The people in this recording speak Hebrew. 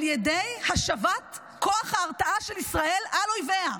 ידי השבת כוח ההרתעה של ישראל על אויביה.